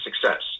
success